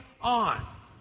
on